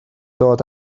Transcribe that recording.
dod